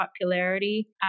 popularity